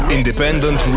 Independent